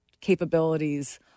Capabilities